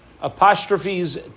Apostrophes